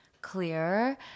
clear